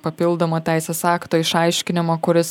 papildomo teisės akto išaiškinimo kuris